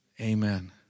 amen